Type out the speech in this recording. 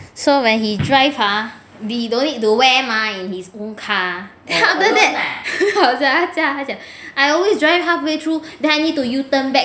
so when he drive !huh! he don't need to wear mah in his own car then after that 很好笑他讲 I always drive halfway through then I need to U-turn back to go home and take